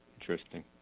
Interesting